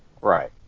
Right